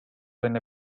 enne